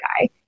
guy